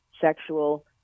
sexual